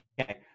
Okay